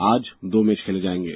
आज दो मैच खेले जाएंगे